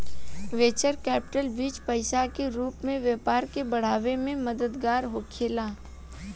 venture capital बीज पईसा के रूप में व्यापार के बढ़ावे में मददगार होखेला